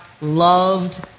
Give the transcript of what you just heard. loved